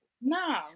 No